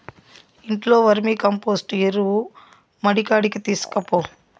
ఇంట్లో వర్మీకంపోస్టు ఎరువు మడికాడికి తీస్కపో